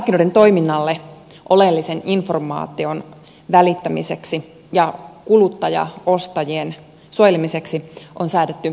markkinoiden toiminnalle oleellisen informaation välittämiseksi ja kuluttajaostajien suojelemiseksi on säädetty asuntokauppalaki